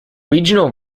regional